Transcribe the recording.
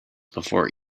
before